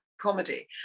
comedy